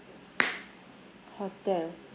hotel